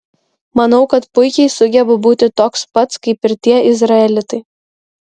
manau kad puikiai sugebu būti toks pats kaip ir tie izraelitai